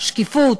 שקיפות,